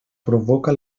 provoca